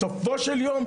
בסופו של יום,